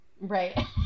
Right